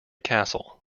castle